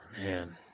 Man